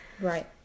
Right